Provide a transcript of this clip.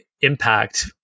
impact